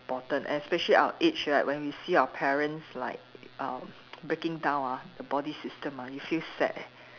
~portant especially our age right when we see our parents like uh breaking down ah the body system ah you feel sad eh